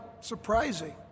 surprising